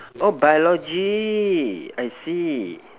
oh biology I see